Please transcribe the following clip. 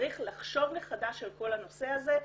צריך לחשוב מחדש על כל הנושא הזה.